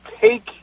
take